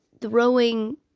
throwing